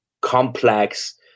complex